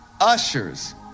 Ushers